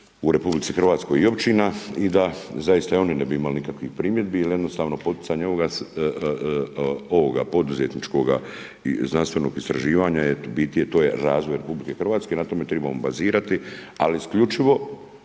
u Republici Hrvatskoj i općina i da zaista i oni ne bi imali nikakvih primjedbi. Jer jednostavno poticanje ovoga poduzetničkoga i znanstvenog istraživanja je, u biti to je razvoj Republike Hrvatske. Na tome tribamo bazirati, ali isključivo